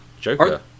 Joker